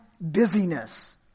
busyness